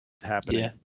happening